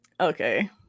okay